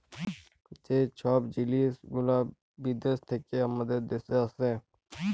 যে ছব জিলিস গুলা বিদ্যাস থ্যাইকে আমাদের দ্যাশে আসে